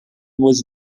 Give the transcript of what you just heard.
was